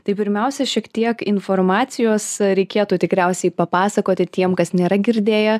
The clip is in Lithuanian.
tai pirmiausia šiek tiek informacijos reikėtų tikriausiai papasakoti tiem kas nėra girdėję